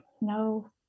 no